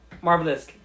marvelous